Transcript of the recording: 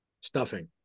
Stuffing